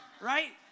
right